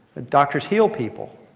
doctors heal people.